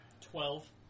Twelve